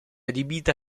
adibita